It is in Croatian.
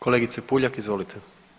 Kolegice Puljak, izvolite.